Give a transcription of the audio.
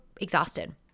exhausted